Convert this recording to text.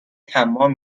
طماع